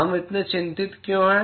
हम इतने चिंतित क्यों हैं